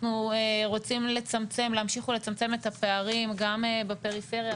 אנחנו רוצים להמשיך ולצמצם את הפערים גם בפריפריה,